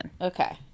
Okay